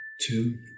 two